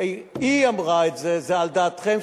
היא אמרה את זה: זה על דעתכם,